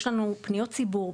יש לנו פניות ציבור.